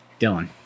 Dylan